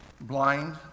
Blind